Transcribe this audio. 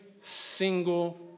single